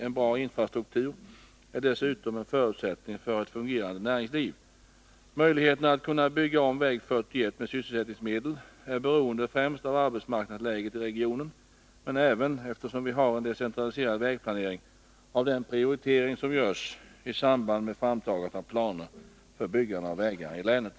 En bra infrastruktur är dessutom en förutsättning för ett fungerande näringsliv. Möjligheterna att kunna bygga om väg 41 med sysselsättningsmedel är beroende främst av arbetsmarknadsläget i regionen men även — eftersom vi har en decentraliserad vägplanering — av den prioritering som görs i samband med framtagande av planer för byggande av vägar i länet.